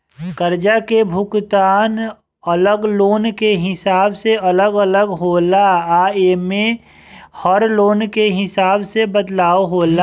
कर्जा के भुगतान अलग लोन के हिसाब से अलग अलग होला आ एमे में हर लोन के हिसाब से बदलाव होला